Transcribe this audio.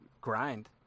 grind